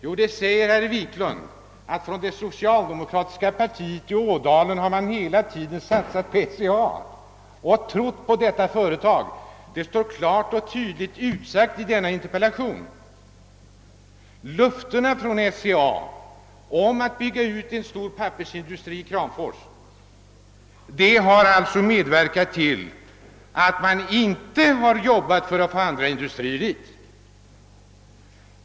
Jo, herr Wiklund i Härnösand, det säger att det socialdemokratiska partiet beträffande Ådalen hela tiden satsat på SCA och trott på detta företag. Det står klart och tydligt utsagt i dessa interpellationer. Löftena från SCA om att bygga ut en stor pappersindustri i Kramfors har alltså medverkat till att man inte jobbat för att få andra industrier dit.